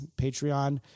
Patreon